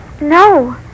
No